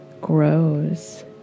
grows